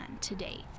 today